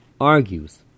argues